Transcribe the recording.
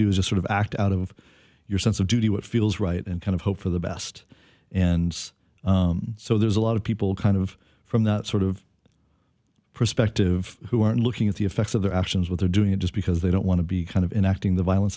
do as a sort of act out of your sense of duty what feels right and kind of hope for the best and so there's a lot of people kind of from that sort of perspective who are looking at the effects of their actions what they're doing it just because they don't want to be kind of enacting the violence